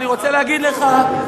אני רוצה לומר לך,